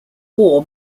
war